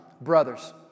brothers